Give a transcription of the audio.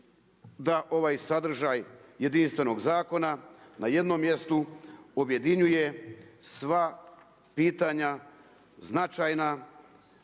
da ovaj sadržaj jedinstvenog zakona na jednom mjestu objedinjuje sva pitanja značajna